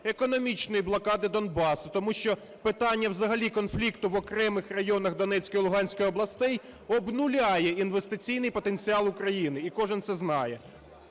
економічної блокади Донбасу. Тому що питання взагалі конфлікту в окремих районах Донецької і Луганської областей обнуляє інвестиційний потенціал України, і кожен це знає.